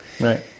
right